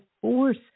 force